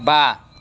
बा